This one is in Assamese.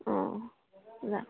অঁ যা